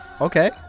Okay